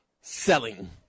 Selling